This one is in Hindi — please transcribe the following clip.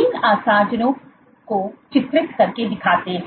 इन आसंजनों को चित्रित करके दिखाते हैं